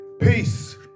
peace